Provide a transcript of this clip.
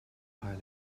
pilots